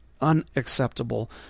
unacceptable